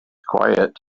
quiet